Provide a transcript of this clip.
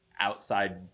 outside